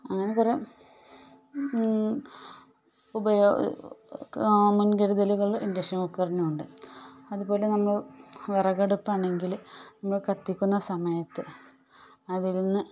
അങ്ങനെ കുറെ മുൻകരുതലുകൾ ഇൻഡക്ഷൻ കുക്കറിനുണ്ട് അതുപോലെ നമ്മൾ വിറകടുപ്പാണെങ്കിൽ നമ്മൾ കത്തിക്കുന്ന സമയത്ത് അതിൽ നിന്ന്